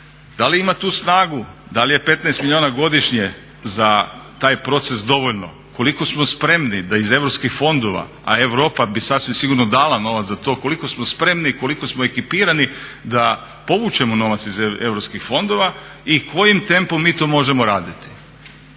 Da li ima tu snagu? Da li je 15 milijuna godišnje za taj proces dovoljno? Koliko smo spremni da iz europskih fondova, a Europa bi sasvim sigurno dala novac za to, koliko smo spremni i koliko smo ekipirani da povučemo novac iz europskih fondova i kojim tempom mi to možemo raditi?